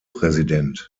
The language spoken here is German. präsident